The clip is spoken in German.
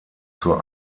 zur